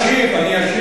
אני אשיב, אני אשיב.